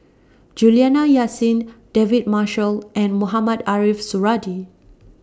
Juliana Yasin David Marshall and Mohamed Ariff Suradi